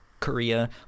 korea